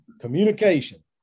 Communication